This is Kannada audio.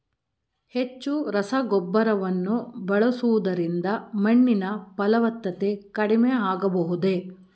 ಹೆಚ್ಚು ರಸಗೊಬ್ಬರವನ್ನು ಬಳಸುವುದರಿಂದ ಮಣ್ಣಿನ ಫಲವತ್ತತೆ ಕಡಿಮೆ ಆಗಬಹುದೇ?